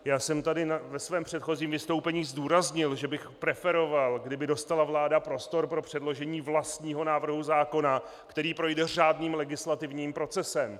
Já jsem tady ve svém předchozím vystoupení zdůraznil, že bych preferoval, kdyby dostala vláda prostor pro předložení vlastního návrhu zákona, který projde řádným legislativním procesem.